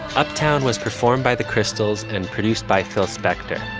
uptown was performed by the crystals and produced by phil spector.